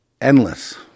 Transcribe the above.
endless